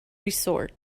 resort